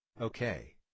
Okay